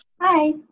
Hi